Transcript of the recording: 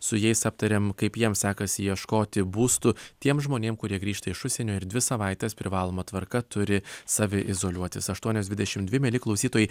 su jais aptarėm kaip jiems sekasi ieškoti būstų tiem žmonėm kurie grįžta iš užsienio ir dvi savaites privaloma tvarka turi saviizoliuotis aštuonios dvidešimt dvi mieli klausytojai